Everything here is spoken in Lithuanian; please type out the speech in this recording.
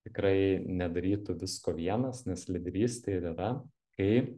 tikrai nedarytų visko vienas nes lyderystė ir yra kai